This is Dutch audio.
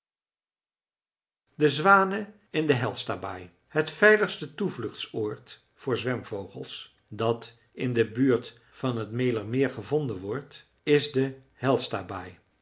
de zwanen in de hjälstabaai het veiligste toevluchtsoord voor zwemvogels dat in de buurt van het mälermeer gevonden wordt is de